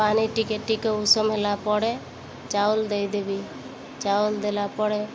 ପାଣି ଟିକେ ଟିକେ ଉଷୁମ ହେଲା ପରେ ଚାଉଳ ଦେଇଦେବି ଚାଉଳ ଦେଲା ପରେ